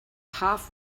half